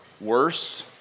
worse